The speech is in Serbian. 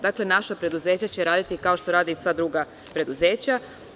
Dakle, naša preduzeća će raditi isto kao što rade i sva druga preduzeća.